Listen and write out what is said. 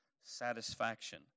satisfaction